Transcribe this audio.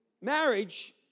Marriage